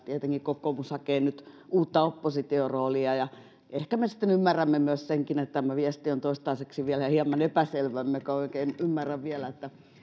tietenkin kokoomus hakee nyt uutta oppositioroolia ja ehkä me sitten ymmärrämme myös senkin että tämä viesti on toistaiseksi vielä hieman epäselvä emmekä oikein ymmärrä vielä